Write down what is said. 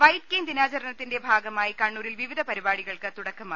white cane ദിനാചരണത്തിന്റെ ഭാഗമായി കണ്ണൂരിൽ വിവിധ പരിപാടികൾക്ക് തുടക്കമായി